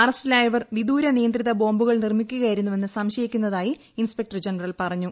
അറസ്റ്റിലായവർ വിദൂര നിയന്ത്രിത ബോംബുകൾ നിർമ്മിക്കുകയായിരുന്നു വെന്ന് സംശയിക്കുന്നതായി ഇൻസ്പെക്ടർ ജനറൽ പറഞ്ഞു